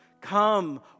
Come